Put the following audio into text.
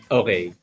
okay